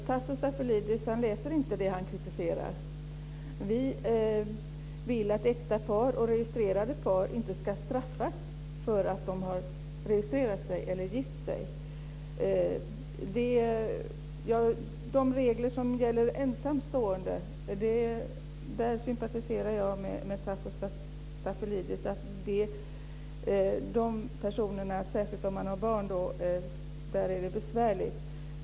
Fru talman! Tasso Stafilidis läser inte det han kritiserar. Vi vill att äkta par och registrerade par inte ska straffas för att de har registrerat sig eller gift sig. I fråga om de regler som gäller ensamstående sympatiserar jag med Tasso Stafilidis: För de personerna, särskilt om de har barn, är det besvärligt.